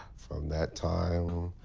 from that time.